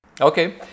Okay